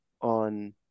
on